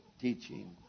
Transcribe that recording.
teaching